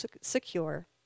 secure